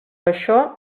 això